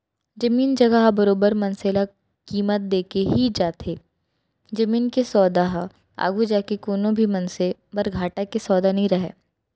जमीन जघा ह बरोबर मनसे ल कीमत देके ही जाथे जमीन के सौदा ह आघू जाके कोनो भी मनसे बर घाटा के सौदा नइ रहय